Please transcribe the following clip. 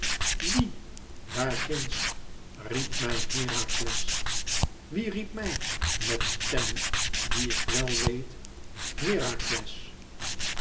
wie daar ginds riep mij herakles wie riep mij met stemme die ik wèl weet herakles